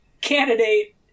Candidate